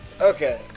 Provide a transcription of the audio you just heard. Okay